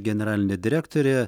generalinė direktorė